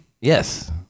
Yes